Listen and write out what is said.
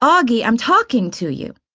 auggie, i'm talking to you!